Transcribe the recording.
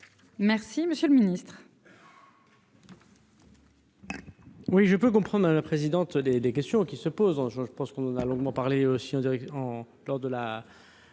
Merci, monsieur le Ministre.